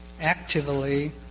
actively